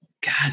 God